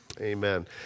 Amen